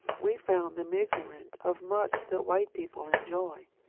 we found them ignorant of much that white people enjoy.